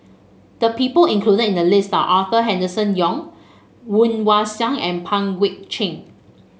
the people included in the list Arthur Henderson Young Woon Wah Siang and Pang Guek Cheng